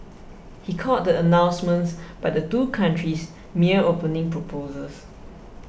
he called the announcements by the two countries mere opening proposals